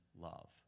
love